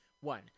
One